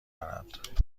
دارد